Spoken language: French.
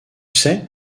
sais